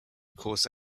course